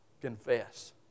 confess